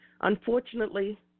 Unfortunately